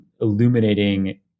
illuminating